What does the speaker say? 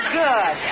good